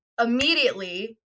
immediately